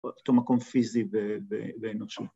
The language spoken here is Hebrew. ‫אותו מקום פיזי באנושה.